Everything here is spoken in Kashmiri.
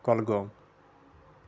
گۄلگوم